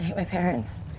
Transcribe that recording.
my parents.